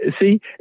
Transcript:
see